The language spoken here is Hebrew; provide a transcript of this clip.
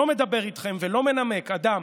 לא מדבר איתכם ולא מנמק אדם